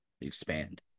expand